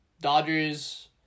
Dodgers